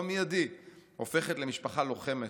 מיידית הופכת למשפחה לוחמת,